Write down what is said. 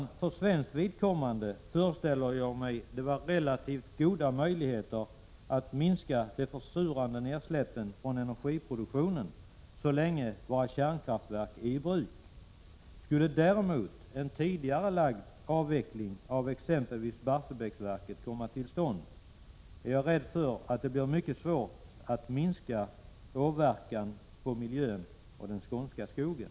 Jag föreställer mig att det för svenskt vidkommande finns relativt goda möjligheter att minska de försurande utsläppen från energiproduktionen så länge våra kärnkraftverk är i bruk. Skulle däremot en tidigarelagd avveckling av exempelvis Barsebäcksverket komma till stånd, är jag rädd för att det blir mycket svårt att minska åverkan på miljön och den skånska skogen.